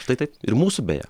štai taip ir mūsų beje